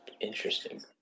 Interesting